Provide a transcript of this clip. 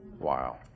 Wow